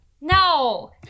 no